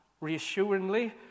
reassuringly